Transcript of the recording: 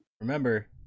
Remember